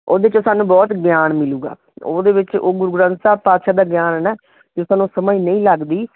ਉਹਦੇ 'ਚੋਂ ਸਾਨੂੰ ਬਹੁਤ ਗਿਆਨ ਮਿਲੂਗਾ ਉਹਦੇ ਵਿੱਚ ਉਹ ਗੁਰੂ ਗ੍ਰੰਥ ਸਾਹਿਬ ਪਾਤਸ਼ਾਹ ਦਾ ਗਿਆਨ ਹੈ ਨਾ ਜੇ ਸਾਨੂੰ ਸਮਝ ਨਹੀਂ ਲੱਗਦੀ